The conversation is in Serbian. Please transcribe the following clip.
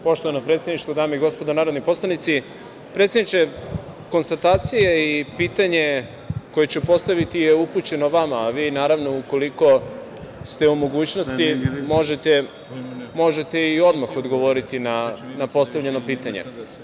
Poštovano predsedništvo, dame i gospodo narodni poslanici, predsedniče, konstatacije i pitanje koje ću postaviti je upućeno vama, a vi, naravno, ukoliko ste u mogućnosti možete i odmah odgovoriti na postavljeno pitanje.